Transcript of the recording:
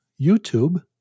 youtube